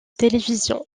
télévision